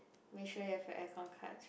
make sure you have a aircon cards